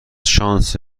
شانس